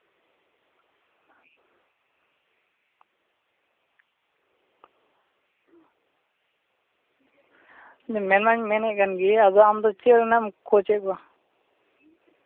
ᱢᱮᱱ ᱢᱟᱧ ᱢᱮᱱᱮᱛ ᱠᱟᱱ ᱜᱮ ᱟᱫᱚ ᱟᱢ ᱫᱚ ᱪᱮᱫ ᱨᱮᱱᱟᱢ ᱠᱳᱪᱮᱛ ᱠᱚᱣᱟ